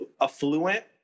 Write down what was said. affluent